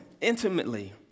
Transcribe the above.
intimately